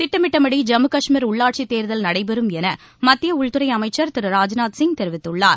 திட்டமிட்டபடி ஜம்மு காஷ்மீர் உள்ளாட்சி தேர்தல் நடைபெறும் என மத்திய உள்துறை அமைச்சர் திரு ராஜ்நாத் சிங் தெரிவித்துள்ளார்